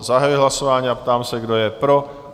Zahajuji hlasování a ptám se, kdo je pro?